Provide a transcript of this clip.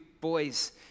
boys